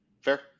Fair